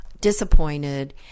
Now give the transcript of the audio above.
disappointed